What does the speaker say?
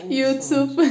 YouTube